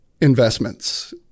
investments